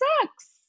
Sucks